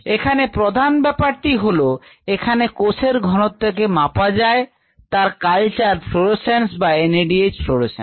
এখানে প্রধান ব্যাপারটি হল এখানে কোষের ঘনত্ব কে মাপা যায় তার কালচার fluorescence বা NADH fluorescence